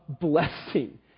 blessing